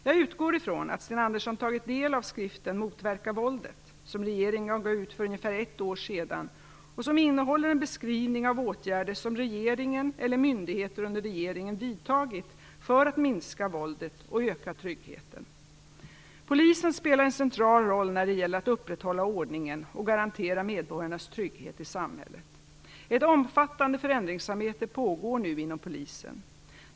Jag utgår från att Sten Andersson tagit del av skriften Motverka våldet, som regeringen gav ut för ungefär ett år sedan och som innehåller en beskrivning av åtgärder som regeringen eller myndigheter under regeringen vidtagit för att minska våldet och öka tryggheten. Polisen spelar en central roll när det gäller att upprätthålla ordningen och garantera medborgarnas trygghet i samhället. Ett omfattande förändringsarbete pågå nu inom polisen.